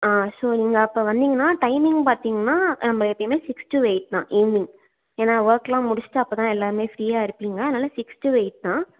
so நீங்கள் அப்போ வந்திங்கனா டைமிங் பார்த்திங்கனா நம்ப எப்போயுமே சிக்ஸ் டு எயிட் தான் ஈவினிங் ஏன்னா வொர்க்லாம் முடிச்சிவிட்டு அப்போ தான் எல்லாருமே ஃப்ரீயாக இருப்பிங்க அதனால் சிக்ஸ் டு எயிட் தான்